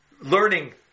learning